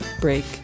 break